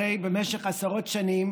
הרי במשך עשרות שנים